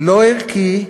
לא ערכי,